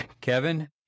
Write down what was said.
Kevin